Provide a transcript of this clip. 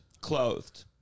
Clothed